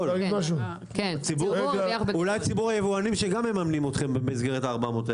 אולי ציבור היבואנים שגם מממנים אתכם במסגרת ה-400 האלה.